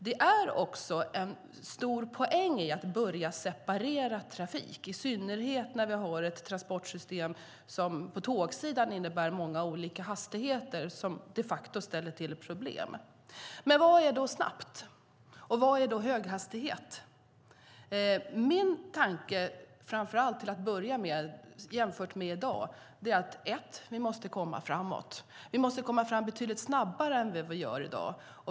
Det är också en stor poäng i att börja separera trafik, i synnerhet när vi har ett transportsystem som på tågsidan innebär många olika hastigheter och som de facto ställer till problem. Vad är då snabbt? Och vad är då höghastighet? Min tanke till att börja med är framför allt att vi måste komma framåt, att vi måste komma fram betydligt snabbare än vi gör i dag.